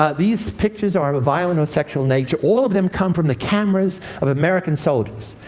ah these pictures are of a violent or sexual nature. all of them come from the cameras of american soldiers.